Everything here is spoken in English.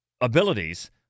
abilities